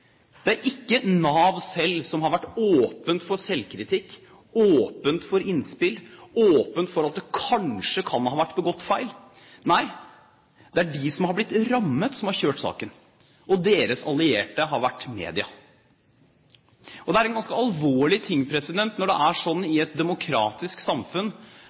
Det er ikke Nav selv som har vært åpen for selvkritikk, åpen for innspill, åpen for at det kanskje kan ha vært begått feil. Nei, det er de som har blitt rammet, som har kjørt saken, og deres allierte har vært media. Det er ganske alvorlig når det er slik i et demokratisk samfunn